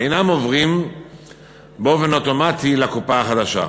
אינם עוברים באופן אוטומטי לקופה החדשה.